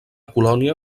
colònia